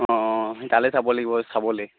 অঁ তালৈ যাব লাগিব চাবলৈ